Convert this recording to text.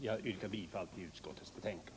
Jag yrkar bifall till utskottets hemställan.